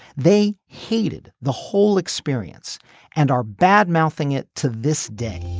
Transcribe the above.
they hated the whole experience and are bad mouthing it. to this day